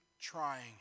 trying